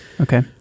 Okay